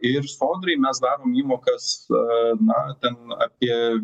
ir sodrai mes darom įmokas a na ten apie